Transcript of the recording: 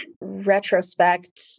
retrospect